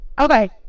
Okay